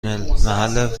محل